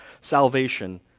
salvation